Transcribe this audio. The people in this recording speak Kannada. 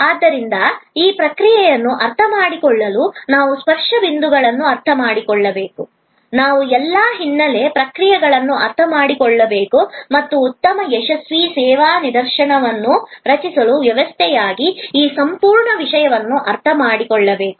ಆದ್ದರಿಂದ ಈ ಪ್ರಕ್ರಿಯೆಯನ್ನು ಅರ್ಥಮಾಡಿಕೊಳ್ಳಲು ನಾವು ಸ್ಪರ್ಶ ಬಿಂದುಗಳನ್ನು ಅರ್ಥಮಾಡಿಕೊಳ್ಳಬೇಕು ನಾವು ಎಲ್ಲಾ ಹಿನ್ನೆಲೆ ಪ್ರಕ್ರಿಯೆಗಳನ್ನು ಅರ್ಥಮಾಡಿಕೊಳ್ಳಬೇಕು ಮತ್ತು ಉತ್ತಮ ಯಶಸ್ವಿ ಸೇವಾ ನಿದರ್ಶನವನ್ನು ರಚಿಸಲು ವ್ಯವಸ್ಥೆಯಾಗಿ ಈ ಸಂಪೂರ್ಣ ವಿಷಯವನ್ನು ಅರ್ಥಮಾಡಿಕೊಳ್ಳಬೇಕು